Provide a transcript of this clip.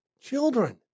children